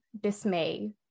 dismay